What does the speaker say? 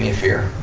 yeah fear.